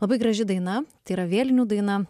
labai graži daina tai yra vėlinių daina